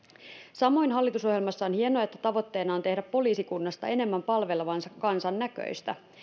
samoin hallitusohjelmassa on hienoa että tavoitteena on tehdä poliisikunnasta enemmän palvelemansa kansan näköistä